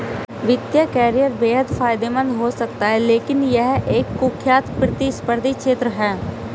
वित्तीय करियर बेहद फायदेमंद हो सकता है लेकिन यह एक कुख्यात प्रतिस्पर्धी क्षेत्र है